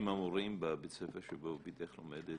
את דיברת עם המורים בבית הספר שבו ביתך לומדת,